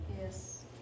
Yes